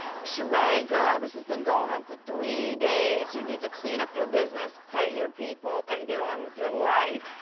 sheree girl, this has been going on for three days. you need to clean up your business, pay your people, and get on with your life.